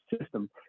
system